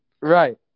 Right